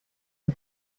the